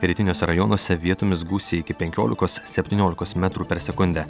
rytiniuose rajonuose vietomis gūsiai iki penkiolikos septyniolikos metrų per sekundę